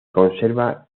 conserva